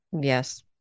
yes